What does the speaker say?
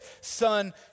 Son